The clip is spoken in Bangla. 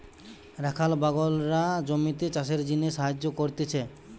রাখাল বাগলরা জমিতে চাষের জিনে সাহায্য করতিছে